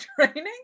training